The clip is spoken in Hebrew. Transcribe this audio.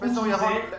פרופסור ירון,